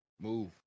Move